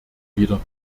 wieder